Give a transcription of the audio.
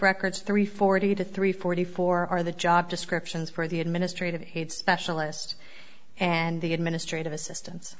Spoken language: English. records three forty to three forty four are the job descriptions for the administrative paid specialist and the administrative assistant